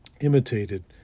imitated